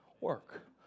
work